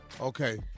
Okay